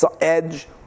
edge